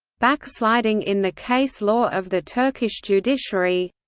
backsliding in the case-law of the turkish judiciary